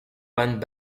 went